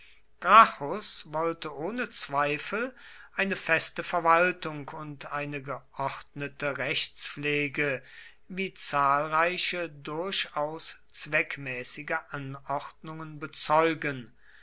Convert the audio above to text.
wollte ohne zweifel eine feste verwaltung und eine geordnete rechtspflege wie zahlreiche durchaus zweckmäßige anordnungen bezeugen